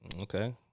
Okay